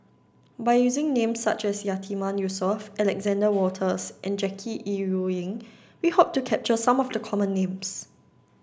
by using names such as Yatiman Yusof Alexander Wolters and Jackie Yi Ru Ying we hope to capture some of the common names